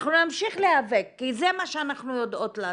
אנחנו נמשיך להיאבק כי זה מה שאנחנו יודעות לעשות.